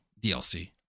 DLC